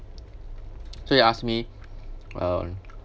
so he asked me uh